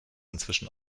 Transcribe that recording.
inzwischen